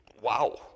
Wow